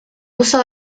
uso